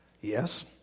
Yes